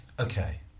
Okay